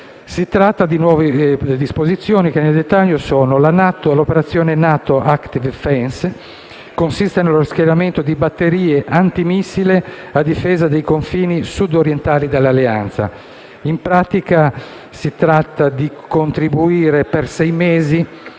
Si tratta di nuove disposizioni che nel dettaglio sono: l'operazione della NATO Active fence consiste nello schieramento di batterie antimissile a difesa dei confini sudorientali dell'Alleanza. Si tratta di contribuire per sei mesi